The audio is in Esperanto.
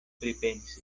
pripensis